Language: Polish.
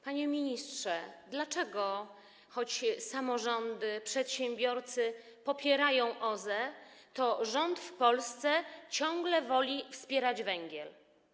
Panie ministrze, dlaczego choć samorządy i przedsiębiorcy popierają OZE, rząd w Polsce ciągle woli wspierać węgiel?